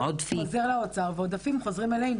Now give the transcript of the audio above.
הכסף שלא מנוצל חוזר לאוצר, ועודפים חוזרים אלינו.